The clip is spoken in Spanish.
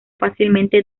fácilmente